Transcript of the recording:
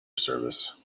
service